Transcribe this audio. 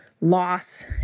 loss